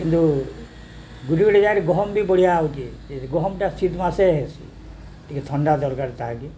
କିନ୍ତୁ ଗୋଟେ ଗୋଟେ ଜାଗାରେ ଗହମ ବି ବଢ଼ିଆ ହେଉଛେ ଗହମଟା ଶୀତ ମାସେ ହେସି ଟିକେ ଥଣ୍ଡା ଦରକାର ତାହାକେ